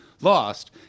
lost